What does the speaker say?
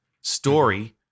story